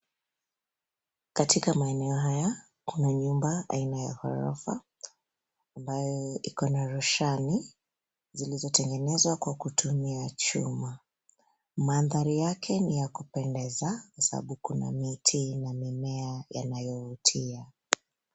Katika maeneo haya, kuna nyumba aina ya ghorofa ambayo iko na roshani zilizotengenezwa kwa kutumia chuma. Mandhari yake ni ya kupendeza sababu kuna miti na mimea yanayovutia.